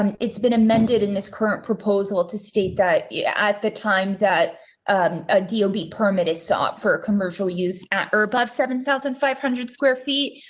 it's been amended in this current proposal to state that yeah at the time that adobe permit is sought for commercial use at, or above seven thousand five hundred square feet.